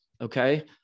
Okay